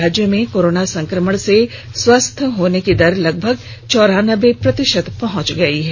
राज्य में कोरोना संकमण से स्वस्थ होने की दर लगभग चौरानबे प्रतिशत हो गयी है